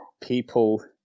people